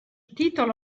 titolo